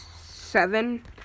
seven